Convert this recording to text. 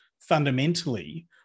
fundamentally